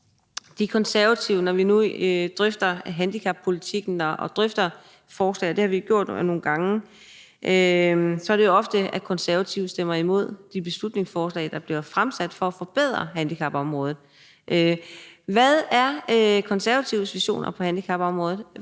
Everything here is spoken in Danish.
her område. Når vi drøfter handicappolitikken og drøfter forslaget, som vi har gjort nogle gange, så er det jo ofte, at Konservative stemmer imod de beslutningsforslag, der bliver fremsat for at forbedre handicapområdet. Hvad er Konservatives visioner på handicapområdet?